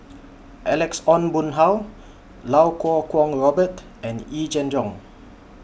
Alex Ong Boon Hau Iau Kuo Kwong Robert and Yee Jenn Jong